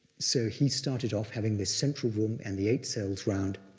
so he started off having this central room and the eight cells round,